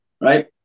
right